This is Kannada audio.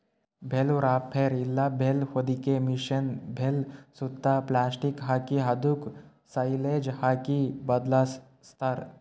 ಬೇಲ್ ವ್ರಾಪ್ಪೆರ್ ಇಲ್ಲ ಬೇಲ್ ಹೊದಿಕೆ ಮಷೀನ್ ಬೇಲ್ ಸುತ್ತಾ ಪ್ಲಾಸ್ಟಿಕ್ ಹಾಕಿ ಅದುಕ್ ಸೈಲೇಜ್ ಆಗಿ ಬದ್ಲಾಸ್ತಾರ್